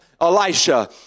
Elisha